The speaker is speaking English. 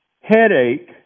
headache